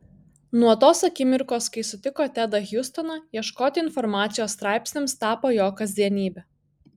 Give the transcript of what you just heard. nuo tos akimirkos kai sutiko tedą hjustoną ieškoti informacijos straipsniams tapo jo kasdienybe